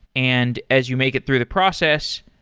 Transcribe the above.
and as you make it through the process,